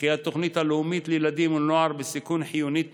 וכי התוכנית הלאומית לילדים ולנוער בסיכון חיונית תמיד,